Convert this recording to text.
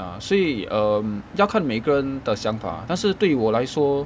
ah 所以 um 要看每个人的想法但是对我来说